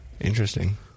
Interesting